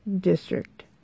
District